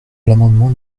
l’amendement